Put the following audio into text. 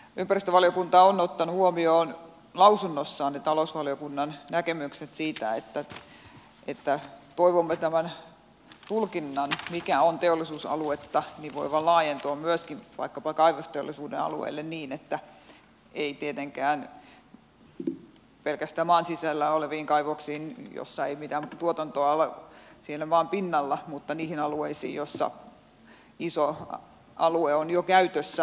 ympäristövaliokunta on ottanut huomioon lausunnossaan talousvaliokunnan näkemykset siitä että toivomme tämän tulkinnan siitä mikä on teollisuusaluetta voivan laajentua myöskin vaikkapa kaivosteollisuuden alueelle ei tietenkään pelkästään maan sisällä oleviin kaivoksiin joissa ei mitään tuotantoa ole siinä maan pinnalla mutta niihin alueisiin joilla iso alue on jo käytössä